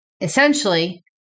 essentially